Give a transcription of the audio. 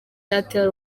airtel